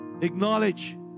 Acknowledge